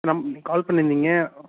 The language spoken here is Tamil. நம் நீங்கள் கால் பண்ணிருந்தீங்க